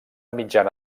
mitjana